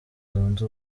zunze